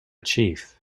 chief